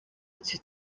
icyo